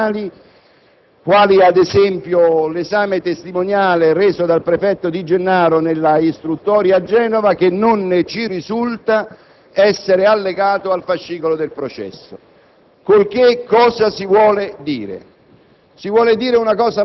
- chissà perché - contestualmente alla fuoriuscita di verbali quali, ad esempio, l'esame testimoniale reso dal prefetto De Gennaro nella istruttoria a Genova, che non ci risulta essere allegato al fascicolo del processo.